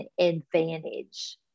advantage